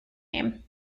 name